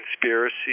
conspiracy